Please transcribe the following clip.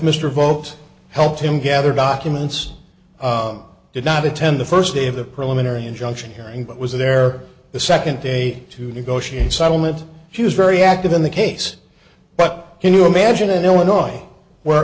folks helped him gather documents did not attend the first day of the preliminary injunction hearing but was there the second day to negotiate a settlement she was very active in the case but can you imagine in illinois where